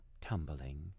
tumbling